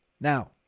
Now